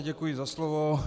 Děkuji za slovo.